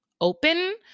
open